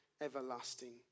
everlasting